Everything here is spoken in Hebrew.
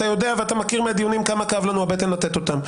ואתה יודע ואתה מכיר מהדיונים כמה כאבה לנו הבטן לתת אותם.